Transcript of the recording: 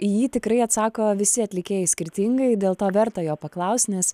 į jį tikrai atsako visi atlikėjai skirtingai dėl to verta jo paklaust nes